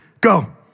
Go